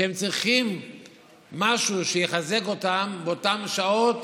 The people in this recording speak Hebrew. שצריכים משהו שיחזק אותם באותן שעות